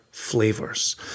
flavors